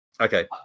okay